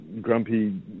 grumpy